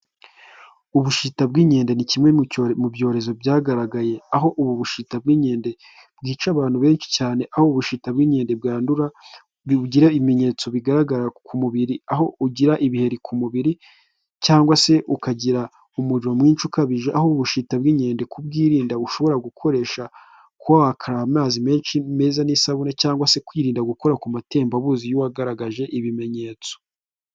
Ubushita bw'inkede ni kimwe mu mu byorezo byagaragaye, aho ubu bushita bw'inkende bwica abantu benshi cyane, aho ubu bushita bw'inkede bwandura, bugira ibimenyetso bigaragara ku mubiri, aho ugira ibiheri ku mubiri, cyangwa se ukagira umuriro mwinshi ukabije, aho ubushita bw'inkede kubwirinda bushobora gukoresha kuba wakaraba amazi menshi meza n'isabune, cyangwa se kwirinda gukora ku matembabuzi y'uwagaragaje ibimenyetso.